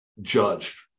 judged